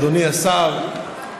אדוני השר,